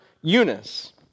Eunice